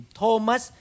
Thomas